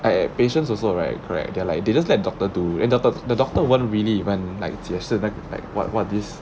like patients also right correct they are like they just let doctor do and the doc~ the doctor won't really even like 解释那个 what all this